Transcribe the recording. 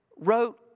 wrote